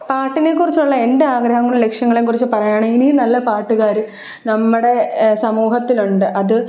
പാട്ടിനെക്കുറിച്ചുള്ള എൻ്റെ ആഗ്രഹങ്ങളും ലക്ഷ്യംങ്ങളേയും കുറിച്ച് പറയുകയാണെങ്കിൽ ഇനിയും നല്ല പാട്ട്കാര് നമ്മുടെ സമൂഹത്തിൽ ഉണ്ട് അത്